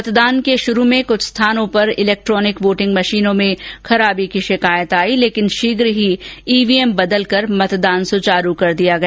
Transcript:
मतदान के शुरु में कुछ स्थानों पर इलेक्ट्रोनिक मशीनों में खराबी की शिकायत आई लेकिन शीघ्र ही ईवीएम बदलकर मतदान सुचारु कर दिया गया